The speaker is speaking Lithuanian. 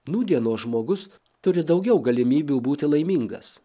nūdienos žmogus turi daugiau galimybių būti laimingas